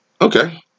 okay